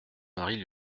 mari